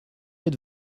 êtes